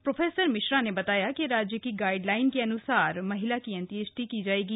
professor Mishra ने बताया कि राज्य की गाइडलाइन के अनुसार महिला के अंत्येष्टि की जाएगी